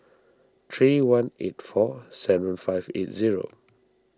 three one eight four seven five eight zero